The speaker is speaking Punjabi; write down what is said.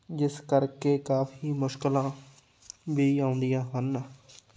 ਜਿਸ ਕਰਕੇ ਕਾਫੀ ਮੁਸ਼ਕਲਾਂ ਵੀ ਆਉਂਦੀਆਂ ਹਨ